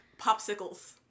popsicles